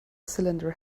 cylinder